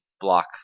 Block